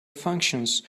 functions